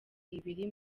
ibiri